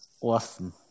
Awesome